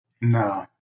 No